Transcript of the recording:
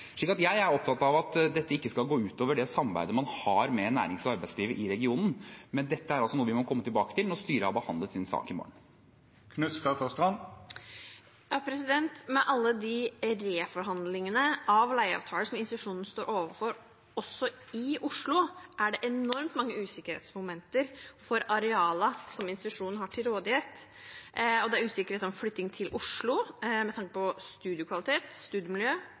Jeg er opptatt av at dette ikke skal gå ut over det samarbeidet man har med nærings- og arbeidslivet i regionen, men dette er altså noe vi må komme tilbake til når styret har behandlet sin sak i morgen. Med alle de reforhandlingene av leieavtaler som institusjonen står overfor også i Oslo, er det enormt mange usikkerhetsmomenter for arealene som institusjonen har til rådighet. Det er usikkerhet om flytting til Oslo med tanke på studiekvalitet, studiemiljø